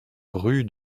rue